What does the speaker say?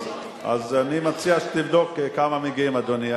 אז אני מציע שתבדוק כמה מגיעים, אדוני.